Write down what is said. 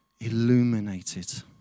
illuminated